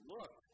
Look